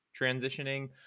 transitioning